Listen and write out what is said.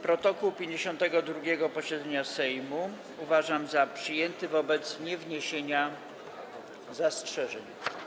Protokół 52. posiedzenia Sejmu uważam za przyjęty wobec niewniesienia zastrzeżeń.